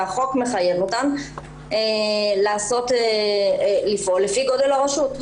והחוק מחייב אותן לפעול לפי גודל הרשות.